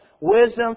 Wisdom